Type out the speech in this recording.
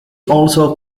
also